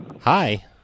Hi